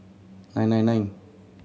nine nine nine